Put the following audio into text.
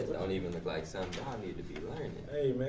don't even look like something y'all need to be learning.